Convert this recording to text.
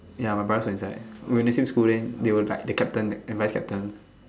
ya my brothers enjoy it when they swim in school right they were captain and vice captain